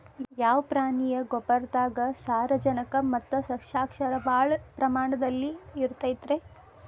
ಯಾವ ಪ್ರಾಣಿಯ ಗೊಬ್ಬರದಾಗ ಸಾರಜನಕ ಮತ್ತ ಸಸ್ಯಕ್ಷಾರ ಭಾಳ ಪ್ರಮಾಣದಲ್ಲಿ ಇರುತೈತರೇ?